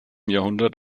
jahrhundert